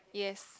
yes